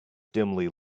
dimly